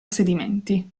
sedimenti